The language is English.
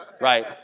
Right